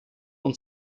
und